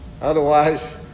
Otherwise